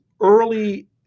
early